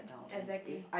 exactly